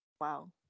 Wow